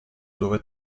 dove